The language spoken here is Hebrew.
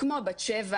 כמו בת שבע,